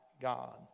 God